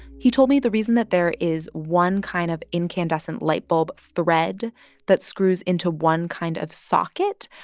he told me the reason that there is one kind of incandescent light bulb thread that screws into one kind of socket,